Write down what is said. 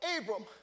Abram